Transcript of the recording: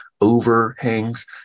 overhangs